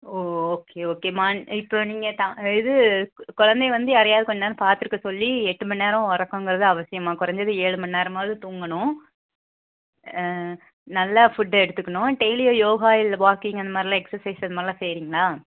ஓ okay ஓகேம்மா இப்போ நீங்கள் இது குழந்தைய வந்து யாரையாவது கொஞ்சம் நேரம் பார்த்துக்க சொல்லி எட்டு மணிநேரம் உறக்கம்ங்கறது அவசியம்மா குறைஞ்சது ஏழு மணிநேரமாவுது தூங்கணும் நல்லா ஃபுட் எடுத்துக்கணும் டெய்லியும் யோகா இல்லை வாக்கிங் அந்தமாதிரிலாம் எக்சசைஸ் அந்தமாதிரிலாம் செய்கிறீங்களா